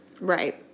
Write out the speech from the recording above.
Right